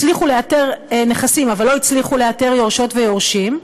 הצליחו לאתר נכסים אבל לא הצליחו לאתר יורשות ויורשים.